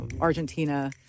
Argentina